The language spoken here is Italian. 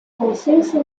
consenso